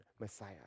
Messiah